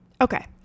Okay